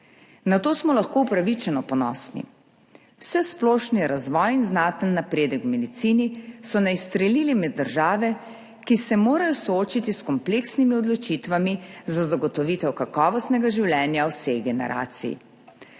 Na to smo lahko upravičeno ponosni. Vsesplošni razvoj in znaten napredek v medicini so nas izstrelili med države, ki se morajo soočiti s kompleksnimi odločitvami za zagotovitev kakovostnega življenja vseh generacij.